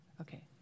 Okay